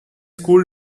school